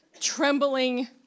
trembling